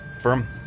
firm